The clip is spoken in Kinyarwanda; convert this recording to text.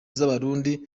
z’abarundi